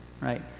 right